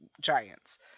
giants